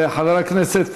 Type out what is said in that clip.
חבר הכנסת